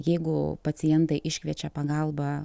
jeigu pacientai iškviečia pagalbą